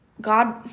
God